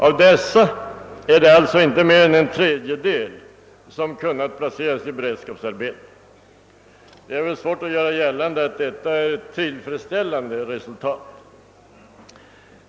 Av dessa har alltså inte mer än en fjärdedel kunnat placeras i beredskapsarbeten. Det är svårt att göra gällande att det är ett tillfredsställande resultat.